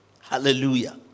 Hallelujah